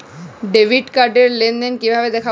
Debit card র লেনদেন কিভাবে দেখবো?